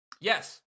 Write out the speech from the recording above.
Yes